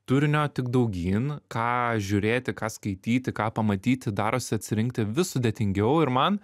turinio tik daugyn ką žiūrėti ką skaityti ką pamatyti darosi atsirinkti vis sudėtingiau ir man